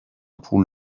پول